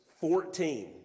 Fourteen